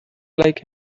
like